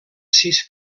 sis